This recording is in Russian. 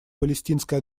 палестинской